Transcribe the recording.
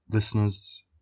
Listeners